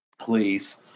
Please